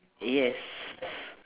yes